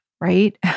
right